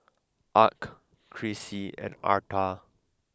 Arch Krissy and Arta